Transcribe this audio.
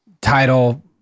title